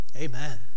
Amen